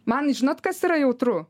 man žinot kas yra jautru